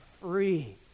free